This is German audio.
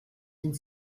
sind